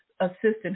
assistant